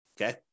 Okay